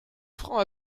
francs